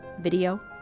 Video